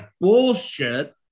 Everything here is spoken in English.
bullshit